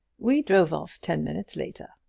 we drove off ten minutes later.